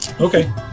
Okay